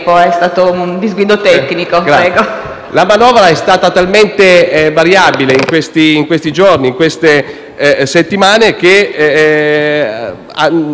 La manovra è stata talmente variabile, in questi giorni e in queste settimane, che nella maggior parte dei casi è sembrata